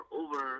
over